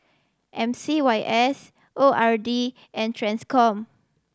M C Y S O R D and Transcom